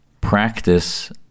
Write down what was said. practice